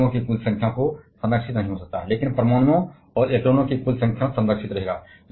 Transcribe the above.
तो अणुओं की कुल संख्या को संरक्षित नहीं किया जा सकता है लेकिन परमाणुओं और इलेक्ट्रॉनों की कुल संख्या को संरक्षित किया जाएगा